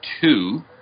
two